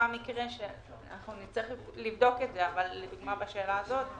אנחנו נצטרך לבדוק את זה, אבל לדוגמה, בשאלה הזאת,